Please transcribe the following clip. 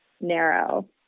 narrow